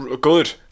good